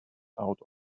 out